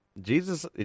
Jesus